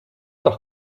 doch